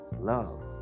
love